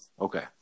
okay